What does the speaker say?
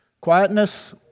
quietness